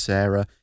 Sarah